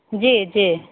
जी जी